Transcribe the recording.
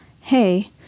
hey